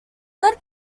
led